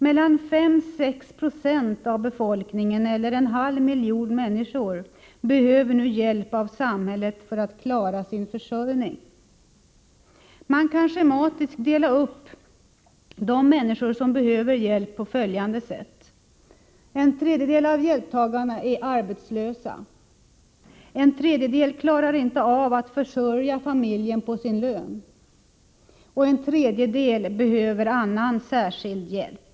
Mellan 596 och 696 av befolkningen eller en halv miljon människor behöver nu hjälp av samhället för att klara sin försörjning. Man kan schematiskt dela upp de människor som behöver hjälp på följande sätt: en tredjedel av hjälptagarna är arbetslösa, en tredjedel klarar inte av att försörja familjen på sin lön, och en tredjedel behöver annan särskild hjälp.